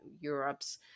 Europe's